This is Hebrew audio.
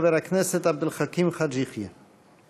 חבר הכנסת עבד אל חכים חאג' יחיא.